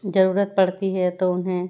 जरुरत पड़ती है तो उन्हें